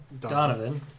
Donovan